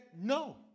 no